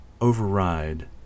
override